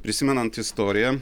prisimenant istoriją